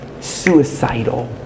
suicidal